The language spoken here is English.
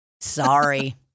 Sorry